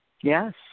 Yes